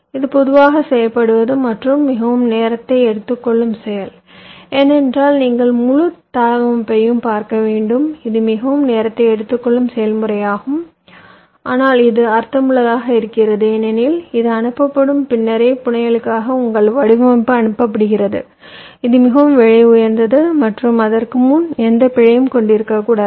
இது பொதுவாக செய்யப்படுவது மற்றும் மிகவும் நேரத்தை எடுத்துக்கொள்ளும் செயல் ஏனென்றால் நீங்கள் முழு தளவமைப்பையும் பார்க்க வேண்டும் இது மிகவும் நேரத்தை எடுத்துக்கொள்ளும் செயல்முறையாகும் ஆனால் இது அர்த்தமுள்ளதாக இருக்கிறது ஏனெனில் இது அனுப்பப்படும் பின்னரே புனையலுக்கான உங்கள் வடிவமைப்பு அனுப்பப்படுகிறது இது மிகவும் விலை உயர்ந்தது மற்றும் அதற்கு முன் எந்த பிழையும் கொண்டிருக்க கூடாது